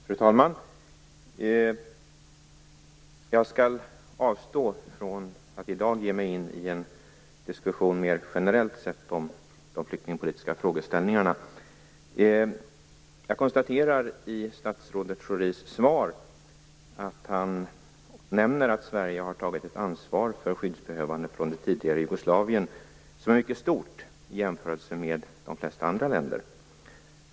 Fru talman! Jag skall avstå från att i dag ge mig in i en mer generell diskussion om de flyktingpolitiska frågeställningarna. Jag konstaterar att statsrådet Schori i sitt svar nämner att Sverige har tagit ett mycket stort ansvar för skyddsbehövande från det tidigare Jugoslavien i jämförelse med de flesta andra länder.